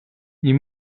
you